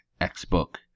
X-book